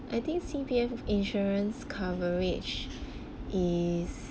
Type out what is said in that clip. I think C_P_F insurance coverage is